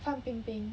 范冰冰